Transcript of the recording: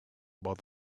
about